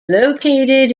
located